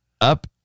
up